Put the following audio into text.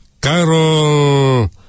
Carol